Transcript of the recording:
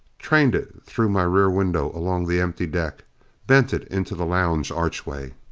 trained it through my rear window along the empty deck bent it into the lounge archway.